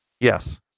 Yes